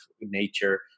nature